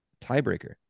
tiebreaker